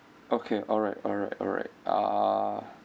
okay alright alright alright ah